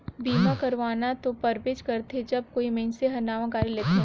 बीमा करवाना तो परबेच करथे जब कोई मइनसे हर नावां गाड़ी लेथेत